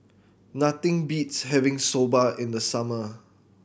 nothing beats having Soba in the summer